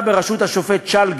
גברתי היושבת-ראש,